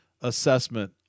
assessment